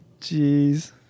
Jeez